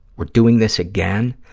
we're doing this again?